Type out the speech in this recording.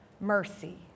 mercy